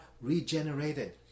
regenerated